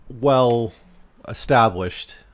well-established